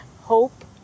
hope